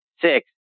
six